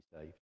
saved